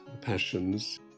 passions